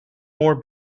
more